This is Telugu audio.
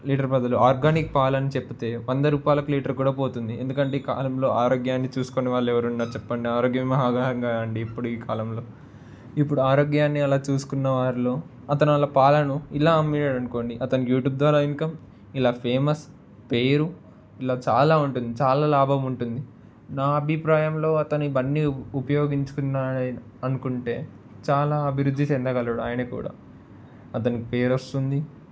లీటర్ బదులు ఆర్గానిక్ పాలని చెప్పితే వంద రూపాయలకు లీటర్ కూడా పోతుంది ఎందుకంటే ఈ కాలంలో ఆరోగ్యాన్ని చూసుకునే వాళ్ళు ఎవరు ఉండరు చెప్పండి ఆరోగ్యమే మహాభాగ్యం కదండీ ఇప్పుడు ఈ కాలంలో ఇప్పుడు ఆరోగ్యాన్ని అలా చూసుకున్న వారిలో అతను వాళ్ళ పాలను ఇలా అమ్మినాడు అనుకోండి అతనికి యూట్యూబ్ ద్వారా ఇన్కమ్ ఇలా ఫేమస్ పేరు ఇలా చాలా ఉంటుంది చాలా లాభం ఉంటుంది నా అభిప్రాయంలో అతని ఇవన్నీ ఉపయోగించుకున్నాడే అనుకుంటే చాలా అభివృద్ధి చెందగలడు ఆయన కూడా అతనికి పేరు వస్తుంది